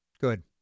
Good